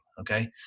Okay